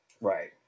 Right